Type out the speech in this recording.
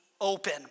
open